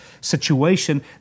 situation